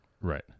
Right